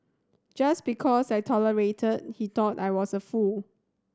just because I tolerated he thought I was a fool